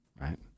Right